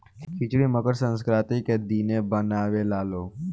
खिचड़ी मकर संक्रान्ति के दिने बनावे लालो